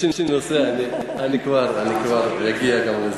יש לי נושא, אני כבר, אני כבר אגיע גם לזה.